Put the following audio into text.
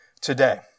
today